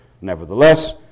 nevertheless